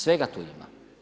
Svega tu ima.